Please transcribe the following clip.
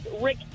Rick